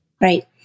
Right